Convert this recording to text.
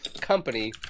company